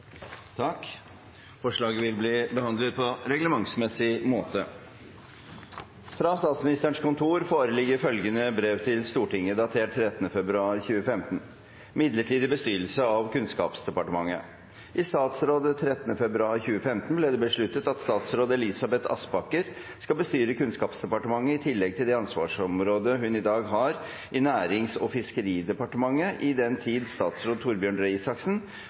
statsråd 13. februar 2015 ble det besluttet at statsråd Elisabeth Aspaker skal bestyre Kunnskapsdepartementet i tillegg til det ansvarsområdet hun i dag har i Nærings- og fiskeridepartementet, i den tid statsråd Torbjørn Røe Isaksen